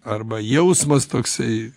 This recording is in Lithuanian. arba jausmas toksai